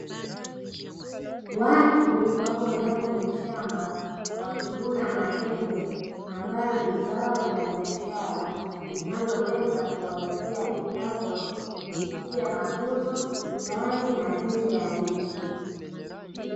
Watu wapo ndani ya shamba wakivuna maembe ambayo ni zao la biashara, linaloweza kuwaletea kipato kupitia mauzo ndani na nje ya nchi.